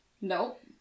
Nope